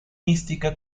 mística